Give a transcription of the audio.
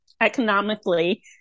economically